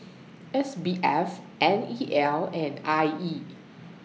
S B F N E L and I E